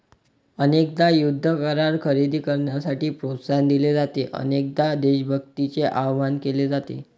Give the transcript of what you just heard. अनेकदा युद्ध करार खरेदी करण्यासाठी प्रोत्साहन दिले जाते, अनेकदा देशभक्तीचे आवाहन केले जाते